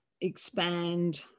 expand